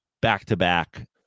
back-to-back